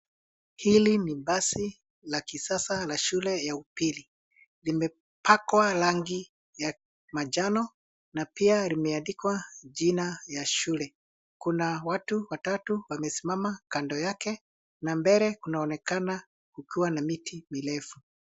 Hili ni basi la kisasa ya shule ya upili limepakwa rangi ya kimanjano na pia limeandikwa jina ya shule Kuna watu watatu wamesimama kando yake na mbele kunaonekana kukiwa na miti mirefu